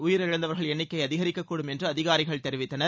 உயிரிந்தவர்களின் எண்ணிக்கை அதிகரிக்கக்கூடும் என்று அதிகாரிகள் தெரிவித்தனர்